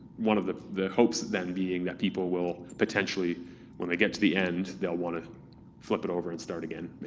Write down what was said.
one of the the hopes then, being that people will potentially when they get to the end, they'll wanna flip it over and start again,